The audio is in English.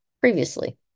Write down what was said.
previously